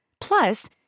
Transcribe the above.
Plus